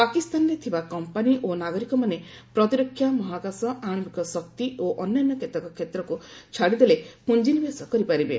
ପାକିସ୍ତାନରେ ଥିବା କମ୍ପାନି ଓ ନାଗରିକମାନେ ପ୍ରତିରକ୍ଷା ମହାକାଶ ଆଶବିକ ଶକ୍ତି ଓ ଅନ୍ୟାନ୍ୟ କେତେକ କ୍ଷେତ୍ରକୁ ଛାଡ଼ିଦେଲେ ପୁଞ୍ଜି ନିବେଶ କରିପାରିବେ